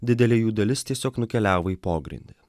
didelė jų dalis tiesiog nukeliavo į pogrindį